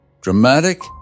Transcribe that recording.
Dramatic